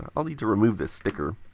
ah i'll need to remove this sticker.